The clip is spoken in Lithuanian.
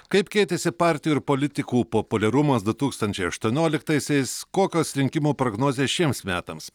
kaip keitėsi partijų ir politikų populiarumas du tūkstančiai aštuonioliktaisiais kokios rinkimų prognozės šiems metams